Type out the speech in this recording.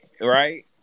right